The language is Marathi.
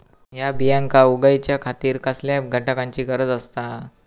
हया बियांक उगौच्या खातिर कसल्या घटकांची गरज आसता?